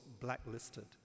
blacklisted